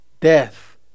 death